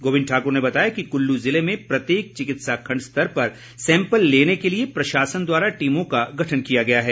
गोविन्द ठाकुर ने बताया कि कुल्लू ज़िले में प्रत्येक चिकित्सा खण्ड स्तर पर सैंपल लेने के लिए प्रशासन द्वारा टीमों का गठन किया गया है